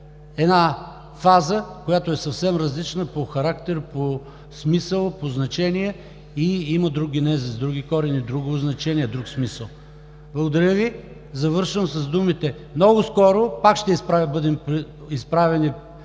във фаза, която е съвсем различна по характер, по смисъл, по значение и има друг генезис, други корени, друго значение, друг смисъл. Завършвам с думите – много скоро пак ще бъдем изправени